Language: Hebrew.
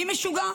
אני משוגע?